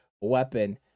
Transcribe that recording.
weapon